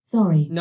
Sorry